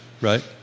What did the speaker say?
right